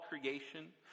creation